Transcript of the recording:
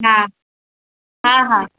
हा हा हा